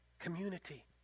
community